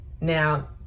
now